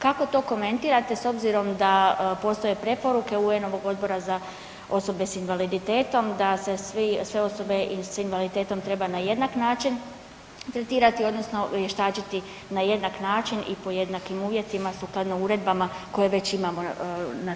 Kako to komentirate s obzirom da postoje preporuke UN-ovog odbora za osobe s invaliditetom da se svi, sve osobe s invaliditetom treba na jednak način tretirati odnosno vještači na jednak način i po jednakim uvjetima sukladno uredbama koje već imamo na snazi.